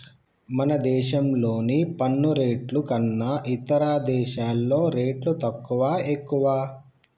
మన దేశంలోని పన్ను రేట్లు కన్నా ఇతర దేశాల్లో రేట్లు తక్కువా, ఎక్కువా